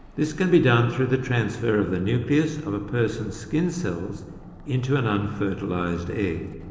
this can be done through the transfer of the nucleus of a person's skin cells into an unfertilised egg.